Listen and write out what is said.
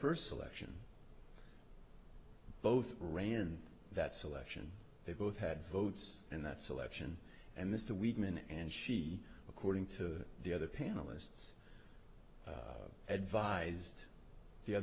first election both ran that selection they both had votes and that selection and this the weedman and she according to the other panelists advised the